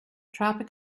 tropic